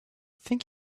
think